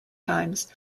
times